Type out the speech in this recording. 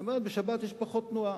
היא אומרת: בשבת יש פחות תנועה.